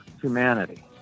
humanity